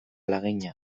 lagina